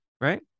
right